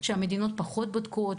שהמדינות פחות בודקות,